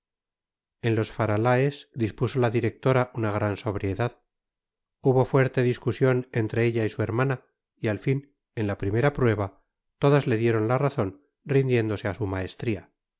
en los faralaes dispuso la directora una gran sobriedad hubo fuerte discusión entre ella y su hermana y al fin en la primera prueba todas le dieron la razón rindiéndose a su maestría